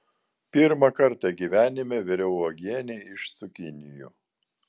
pirmą kartą gyvenime viriau uogienę iš cukinijų